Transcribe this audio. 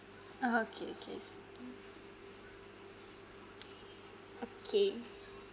oh okay okay I see okay